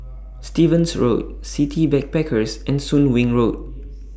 Stevens Road City Backpackers and Soon Wing Road